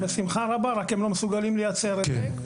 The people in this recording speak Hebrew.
בשמחה רבה אבל הם לא מסוגלים לייצר את זה.